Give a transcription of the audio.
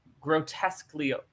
grotesquely